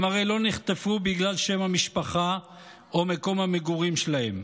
הם הרי לא נחטפו בגלל שם המשפחה או מקום המגורים שלהם.